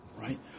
right